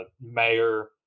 mayor